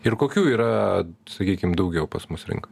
ir kokių yra sakykim daugiau pas mus rinkoj